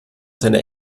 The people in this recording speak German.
seiner